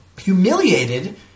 humiliated